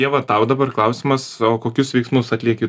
ieva tau dabar klausimas o kokius veiksmus atlieki